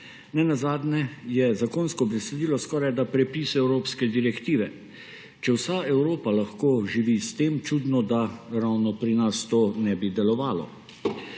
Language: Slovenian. ne nazadnje je zakonsko besedilo skorajda prepis evropske direktive. Če vsa Evropa lahko živi s tem, čudno, da ravno pri nas to ne bi delovalo.